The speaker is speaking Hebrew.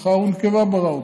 זכר ונקבה ברא אותם.